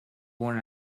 born